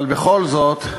אבל בכל זאת,